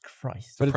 Christ